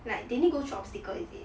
like they need go through obstacle is it